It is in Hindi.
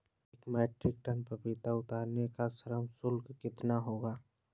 एक मीट्रिक टन पपीता उतारने का श्रम शुल्क कितना होगा?